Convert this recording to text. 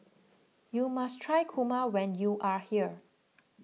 you must try Kurma when you are here